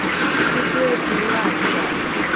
the group appeared to acquiesce,